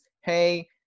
hey